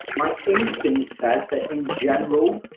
my instinct says that, in general,